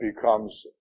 becomes